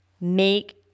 make